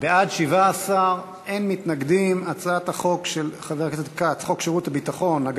להעביר את הצעת חוק שירות ביטחון (תיקון מס' 20)